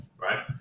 right